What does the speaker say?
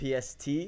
PST